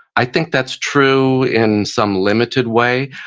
i think that's true in some limited way.